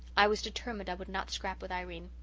i was determined i would not scrap with irene.